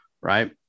Right